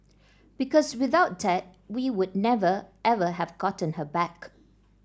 because without that we would never ever have gotten her back